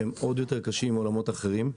שהם עוד יותר קשים מעולמות אחרים,